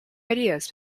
ideas